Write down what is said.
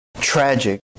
tragic